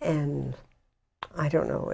and i don't know